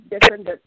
different